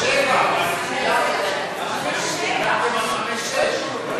זה 7. דילגתם על 5 ו-6.